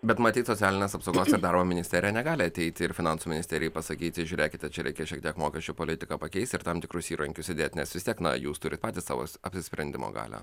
bet matyt socialinės apsaugos ir darbo ministerija negali ateiti ir finansų ministerijai pasakyti žiūrėkite čia reikės šiek tiek mokesčių politiką pakeisti ir tam tikrus įrankius įdėt nes vis tiek na jūs turite patys savo apsisprendimo galią